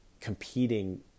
competing